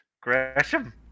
Gresham